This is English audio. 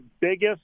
biggest